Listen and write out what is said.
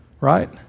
right